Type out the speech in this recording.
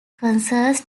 concerts